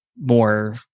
more